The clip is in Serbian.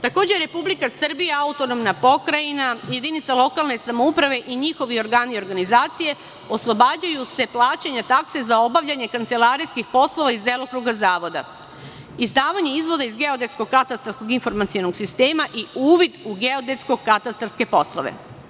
Takođe, Republika Srbija, AP, jedinica lokalne samouprave i njihovi organi i organizacije oslobađaju se plaćanja takse za obavljanje kancelarijskih poslova iz delokruga zavoda - izdavanje izvoda iz Geodetskog katastarskog informacionog sistema i uvid u geodetsko katastarske poslove.